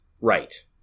Right